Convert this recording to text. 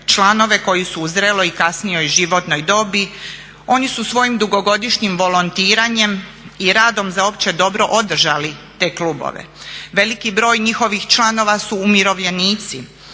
članove koji su u zreloj i kasnijoj životnoj dobi. Oni su svojim dugogodišnjim volontiranjem i radom za opće dobro održali te klubove. Veliki broj njihovih članova su umirovljenici.